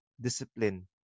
discipline